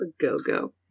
go-go